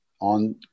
on